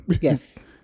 Yes